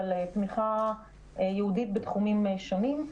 אבל תמיכה ייעודית בתחומים שונים.